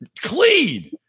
clean